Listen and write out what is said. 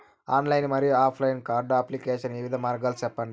Online మరియు offline card application వివిధ మార్గాలు సెప్పండి?